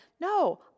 no